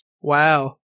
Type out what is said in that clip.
Wow